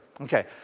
Okay